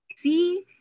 See